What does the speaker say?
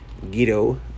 Guido